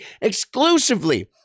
exclusively